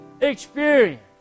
Experience